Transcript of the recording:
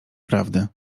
prawdy